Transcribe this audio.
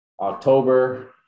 October